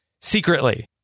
secretly